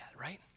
right